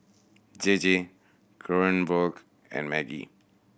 J J Kronenbourg and Maggi